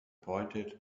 pointed